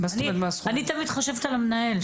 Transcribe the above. אני תמיד חושבת על המנהל,